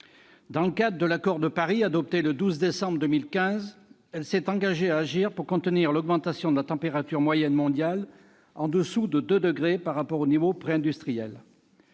Dans le cadre de l'Accord de Paris, adopté le 12 décembre 2015, elle s'est engagée à agir pour contenir l'augmentation de la température moyenne mondiale en dessous de 2 degrés par rapport aux niveaux préindustriels.